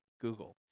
Google